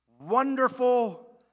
wonderful